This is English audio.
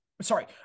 Sorry